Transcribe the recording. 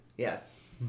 Yes